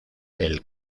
del